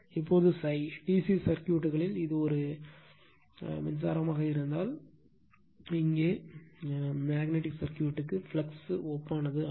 இப்போது ∅ DC சர்க்யூட்களில் இது ஒரு மின்சாரமாக இருந்தால் இங்கே மேக்னட்டிக் சர்க்யூட்க்கு ஃப்ளக்ஸ் ஒப்பானது ஆகும்